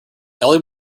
ellie